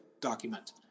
document